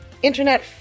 Internet